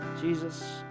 Jesus